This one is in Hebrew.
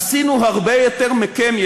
עשינו הרבה יותר מכם,